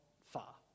far